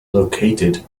located